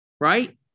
right